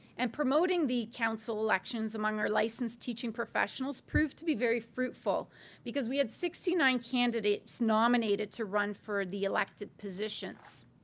and promoting the council elections among our licensed teaching professionals proved to be very fruitful because we had sixty nine candidates nominated to run for the elected positions.